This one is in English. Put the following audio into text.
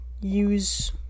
use